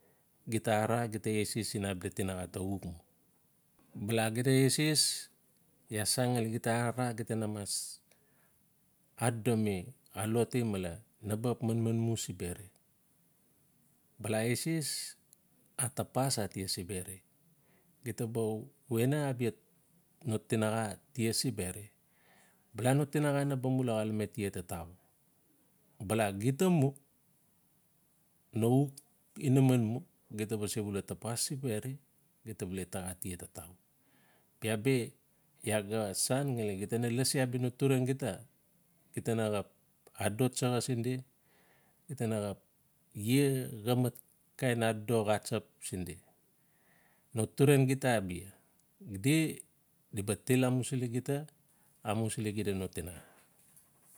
Gita arara gita eses ian abia tinaxa ta xuk mu. Bala xida ese, iaa san ngali xida arara, gita na mas adodomi aloti male na ba xap manman mu simberi. Bbala eses a tapas atia simberi. gita ba wena abia no tinaxa tia simberi. Bala no tinaxa naba mula xalame tia tatau. Bala gita mu. No xuk inaman mu, gita ba sebula tapas simberi gita ba le taxa tia tatau. Bia bi iaa ga san ngali gita na lasi abia no turan gita, gita na xap adodo tsaxa sin di, gita na xap ie xa mat kain adodo xatsap sin di no turan gita abia. Di-di ba tillamusili gita no tinax.